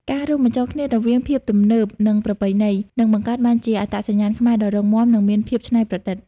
ការរួមបញ្ចូលគ្នារវាង "ភាពទំនើប" និង "ប្រពៃណី" នឹងបង្កើតបានជាអត្តសញ្ញាណខ្មែរដ៏រឹងមាំ និងមានភាពច្នៃប្រឌិត។